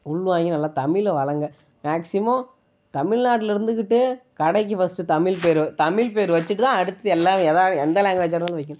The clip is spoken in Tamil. உள்வாங்கி நல்லா தமிழை வளருங்க மேக்ஸிமம் தமிழ்நாட்டில இருந்துக்கிட்டு கடைக்கு ஃபஸ்ட் தமிழ் பேர் தமிழ் பேர் வச்சிட்டு தான் அடுத்து எல்லா எதாக எந்த லேங்குவேஜ்ஜாக இருந்தாலும் வைக்கணும்